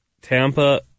Tampa